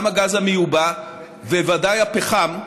גם הגז המיובא וודאי הפחם,